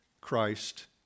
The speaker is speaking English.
Christ